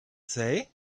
say